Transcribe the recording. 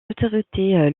autorités